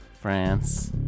France